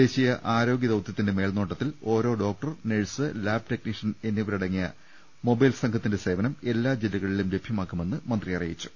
ദേശീയ ആരോഗൃ ദൌതൃത്തിന്റെ മേൽനോട്ടത്തിൽ ഓരോ ഡോക്ടർ നഴ്സ് ലാബ് ടെക്നീഷ്യൻ എന്നിവരടങ്ങിയ മൊബൈൽ സംഘ ത്തിന്റെ സേവനം എല്ലാ ജില്ലകളിലും ലഭ്യമാക്കുമെന്ന് മന്ത്രി അറിയിച്ചു